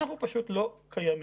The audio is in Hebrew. אנחנו פשוט לא קיימים.